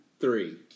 Three